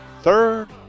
third